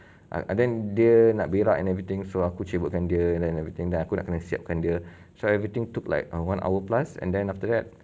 uh and then dia nak berak and everything so aku dia and everything then aku nak kena siapkan dia so everything took like one hour plus and then after that